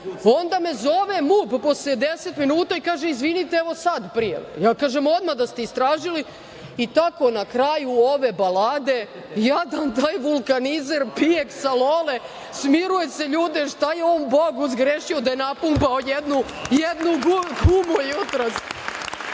Onda me zove MUP posle 10 minuta i kaže – izvinite, evo sad prijave. Ja kažem - odmah da ste istražili i tako na kraju ove balade jadan taj vulkanizer pije Ksalole, smiruje se, šta je on Bogu zgrešio da je napumpao jednu gumu jutros. Kada